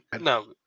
No